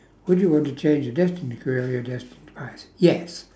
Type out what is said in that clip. would you want to change your destiny your destined demise yes